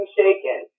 shaken